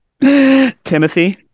Timothy